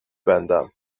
بندم